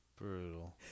Brutal